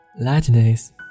Lightness